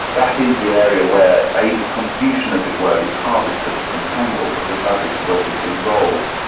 that is the area where ada's contribution, as it were, is hardest to disentangle because babbage was obviously involved.